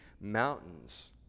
mountains